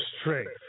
strength